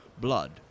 blood